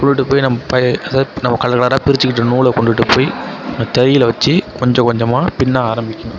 கொண்டுட்டுப் போய் நம்ம அதாவது கலர் கலராக பிரித்துக்கிட்டு நூலை கொண்டுட்டு போய் அந்த தறியில் வெச்சி கொஞ்சம் கொஞ்சமாக பின்ன ஆரம்பிக்கணும்